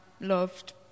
loved